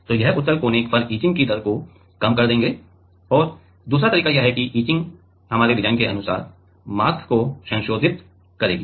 तो ये उत्तल कोने पर इचिंग की दर को कम कर देंगे और दूसरा तरीका यह है कि इचिंग हमारे डिज़ाइन के अनुसार मास्क को संशोधित करेगी